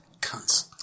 Cunts